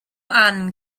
ahnen